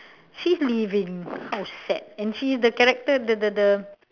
she is leaving how sad and she is the character the the the